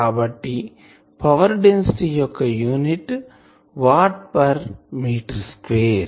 కాబట్టి power density యొక్క unit watt per metre square